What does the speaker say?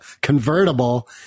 convertible